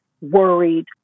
worried